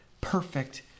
perfect